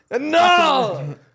no